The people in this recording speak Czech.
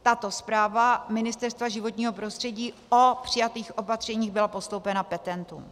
Tato zpráva Ministerstva životního prostředí o přijatých opatřeních byla postoupena petentům.